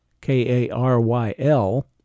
K-A-R-Y-L